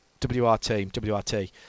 WRT